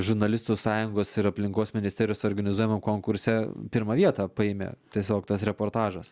žurnalistų sąjungos ir aplinkos ministerijos organizuojamam konkurse pirmą vietą paėmė tiesiog tas reportažas